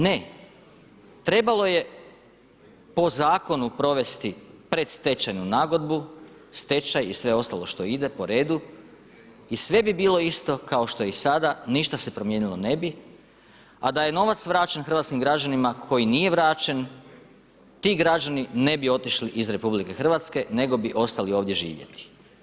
Ne, trebalo je po zakonu provesti predstečajnu nagodbu, stečaj i sve ostalo što ide po redu i sve bi bilo isto kao što je i sada, ništa se promijenilo ne bi, a da je novac vraćen hrvatskim građanima koji nije vraćen, ti građani ne bi otišli iz RH nego bi ostali ovdje živjeti.